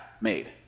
made